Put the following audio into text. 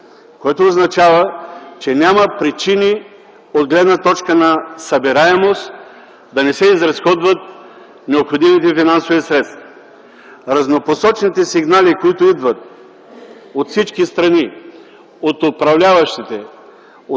което означава, че няма причини от гледна точка на събираемост да не се изразходват необходимите финансови средства. Разнопосочните сигнали, които идват от всички страни, от управляващите,